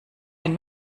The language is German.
ein